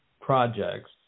projects